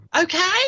okay